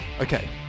Okay